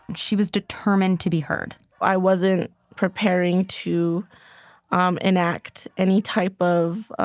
she was determined to be heard i wasn't preparing to um enact any type of,